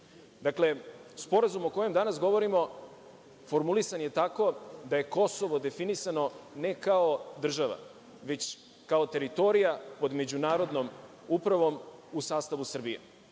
Sporazum o kojem danas govorimo formulisan je tako da je Kosovo definisano, ne kao država, već kao teritorija pod međunarodnom upravom u sastavu Srbije.